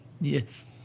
Yes